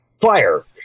Fire